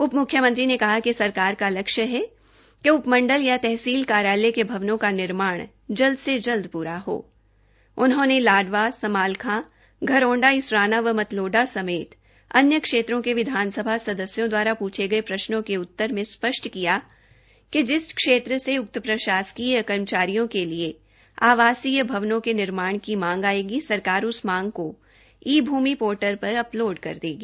उपम्ख्यमंत्री ने कहा कि सरकार का लक्ष्य है कि उपमंडल या तहसील कार्यालय के भवनों का निर्माण जल्द से जल्द पूरा हप उन्होंने लाडवा समालखा घरोंडा इसराना व मतलाष्टा समेत अन्य क्षेत्र के विधानसभा सदस्यों दवारा पूछे गए प्रश्नों के उतर में स्पष्ट किया कि जिस क्षेत्र से उक्त प्रशासकीय या कर्मचारियों के लिए आवासीय भवनों के निर्माण की मांग आएगी सरकार उस मांग का ई भूमि पार्टल पर अपलाष्ठ कर देगी